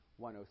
103